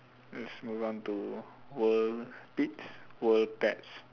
let's move on to world pete's world pets